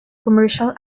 commercial